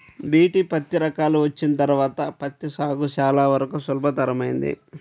BT పత్తి రకాలు వచ్చిన తర్వాత పత్తి సాగు చాలా వరకు సులభతరమైంది